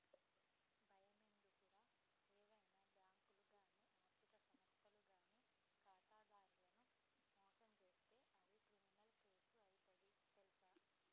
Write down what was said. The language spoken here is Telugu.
బయమెందుకురా ఏవైనా బాంకులు గానీ ఆర్థిక సంస్థలు గానీ ఖాతాదారులను మోసం జేస్తే అది క్రిమినల్ కేసు అయితది తెల్సా